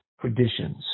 traditions